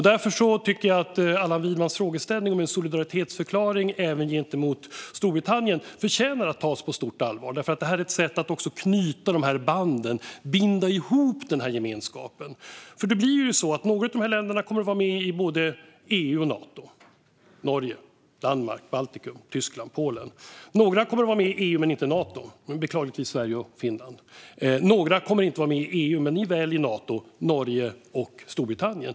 Därför tycker jag att Allan Widmans frågeställning om en solidaritetsförklaring även gentemot Storbritannien förtjänar att tas på stort allvar. Det är ett sätt att knyta banden, att binda ihop den gemenskapen. Några av de här länderna kommer att vara med i både EU och Nato: Norge, Danmark, Baltikum, Tyskland och Polen. Några kommer att vara med i EU men inte i Nato: beklagligtvis Sverige och Finland. Några kommer inte att vara med i EU men likväl i Nato: Norge och Storbritannien.